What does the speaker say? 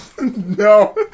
No